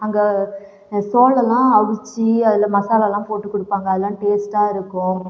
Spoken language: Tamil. அங்கே சோளம்லாம் அவித்து அதில் மசாலாலாம் போட்டு கொடுப்பாங்க அதெல்லாம் டேஸ்ட்டாக இருக்கும்